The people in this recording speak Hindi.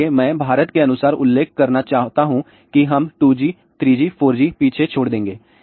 इसलिए मैं भारत के अनुसार उल्लेख करना चाहता हूं कि हम 2G 3G 4G पीछे छोड़ देंगे